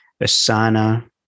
Asana